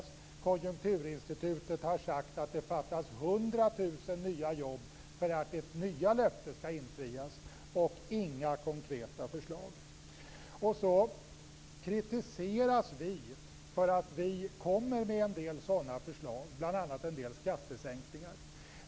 Från Konjunkturinstitutet har man sagt att det fattas 100 000 nya jobb för att ert nya löfte skall infrias. Ändå finns inga konkreta förslag. Sedan kritiseras vi för att vi kommer med en del sådana förslag, bl.a. en del förslag till skattesänkningar.